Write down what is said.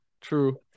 true